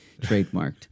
Trademarked